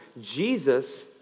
Jesus